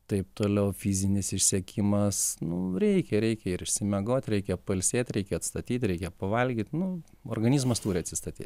taip toliau fizinis išsekimas nu reikia reikia ir išsimiegot reikia pailsėt reikia atstatyt reikia pavalgyt nu organizmas turi atsistatyt